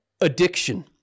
addiction